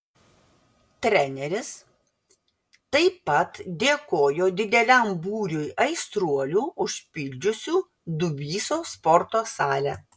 treneris taip pat dėkojo dideliam būriui aistruolių užpildžiusių dubysos sporto salę